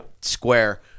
square